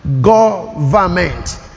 Government